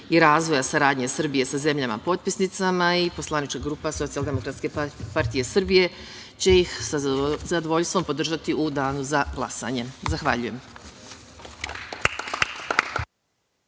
i razvoja saradnje Srbije sa zemljama potpisnicama i Poslanička grupa Socijaldemokratske partije Srbije će ih sa zadovoljstvom podržati u danu za glasanje. Zahvaljujem.